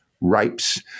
rapes